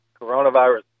coronavirus